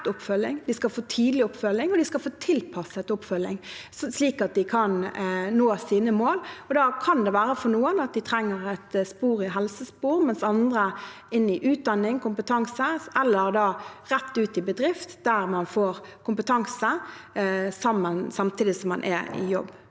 oppfølging og tilpasset oppfølging, slik at de kan nå sine mål. Da kan det være at noen trenger et helsespor, mens andre trenger utdanning og kompetanse eller å gå rett ut i en bedrift der man får kompetanse samtidig som man er i jobb.